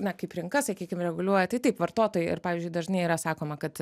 na kaip rinka sakykim reguliuoja tai taip vartotojai ir pavyzdžiui dažnai yra sakoma kad